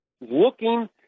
looking